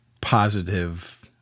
positive